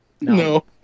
No